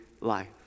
life